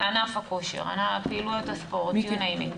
ענף הכושר, פעילויות הספורט, you name it.